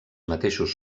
mateixos